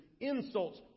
insults